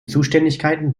zuständigkeiten